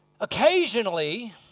Occasionally